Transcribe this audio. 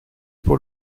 pour